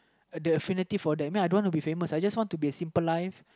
the affinity for that I mean I don't want to be famous I just want to be a simple life